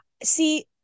See